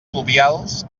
pluvials